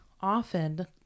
often